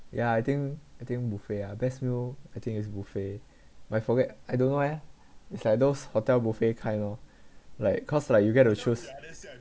ya I think I think buffet ah best meal I think is buffet but I forget I don't know eh it's like those hotel buffet kind lor like cause like you get to choose